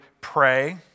pray